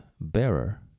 bearer